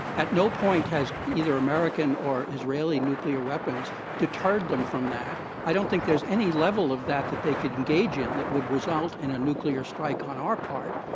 at no point has either american or israeli nuclear weapons deterred them from that. i don't think there's any level of that that they could engage in that would result in a nuclear strike on our part.